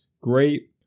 great